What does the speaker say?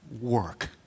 work